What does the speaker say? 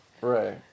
Right